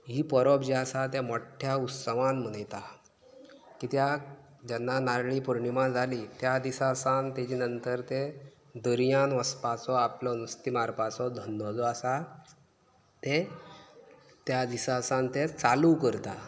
ही परब जी आसा ते मोठ्या उत्सवान मनयतात कित्याक जेन्ना नारळी पोर्णिमा जाली त्या दिसा सावन तेजे नंतर ते दर्यांत वचपाचो आपलो नुस्तें मारपाचो धंदो जो आसा तें त्या दिसा सावन ते चालू करतात